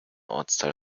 ortsteil